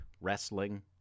wrestling